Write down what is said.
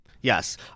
Yes